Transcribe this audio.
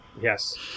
Yes